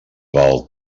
val